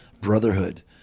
brotherhood